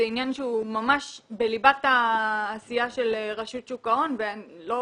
זה עניין שהוא ממש בליבת העשייה של רשות שוק ההון ואני לא